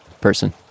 person